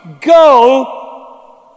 Go